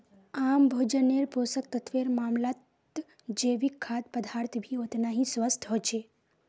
आम भोजन्नेर पोषक तत्वेर मामलाततजैविक खाद्य पदार्थ भी ओतना ही स्वस्थ ह छे